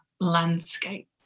landscape